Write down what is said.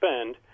spend